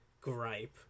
gripe